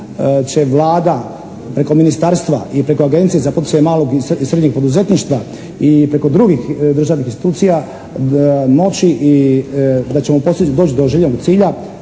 će Vlada preko Ministarstva ili preko Agencije za poticanje malog i srednjeg poduzetništva i preko drugih državnih institucija i da ćemo … /Govornik